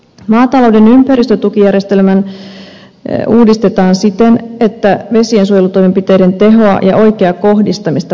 maatalouden ympäristötukijärjestelmää uudistetaan siten että vesiensuojelutoimenpiteiden tehoa ja oikeaa kohdistamista parannetaan